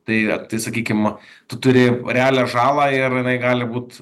tai tai sakykim tu turi realią žalą ir jinai gali būt